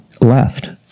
left